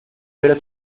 pero